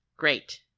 Great